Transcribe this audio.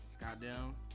Goddamn